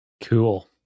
Cool